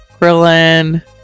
krillin